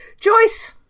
Joyce